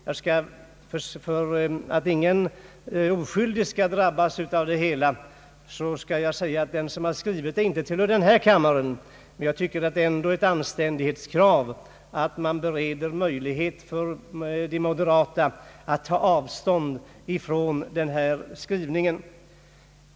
För att ingen oskyldig skall drabbas vill jag säga att den som skrivit artikeln inte tillhör den här kammaren, men jag tycker ändå det är ett anständighetskrav att man bereder de moderata en möjlighet att ta avstånd från denna skrivning.